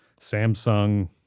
Samsung